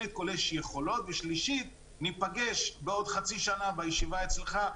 יש יכולות וניפגש בעוד חצי שנה בישיבה אצלך,